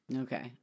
Okay